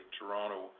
Toronto